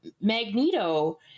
Magneto